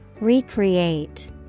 Recreate